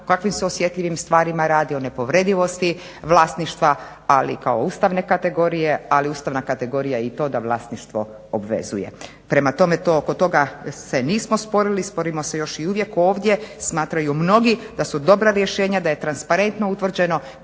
kakvim se osjetljivim stvarima radi, o nepovredivosti vlasništva ali kao ustavne kategorije. Ali ustavna kategorija je i to da vlasništvo obvezuje. Prema tome, to oko toga se nismo sporili. Sporimo se još i uvijek ovdje smatraju mnogi da su dobra rješenja, da je transparentno utvrđeno